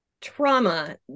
trauma